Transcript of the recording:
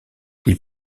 ils